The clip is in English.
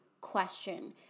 question